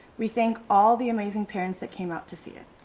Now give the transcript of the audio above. we thank all the amazing parents that came out to see it.